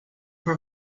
for